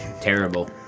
terrible